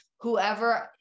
whoever